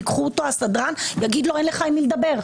ייקח אותו הסדרן, יגיד לו: אין לך עם מי לדבר.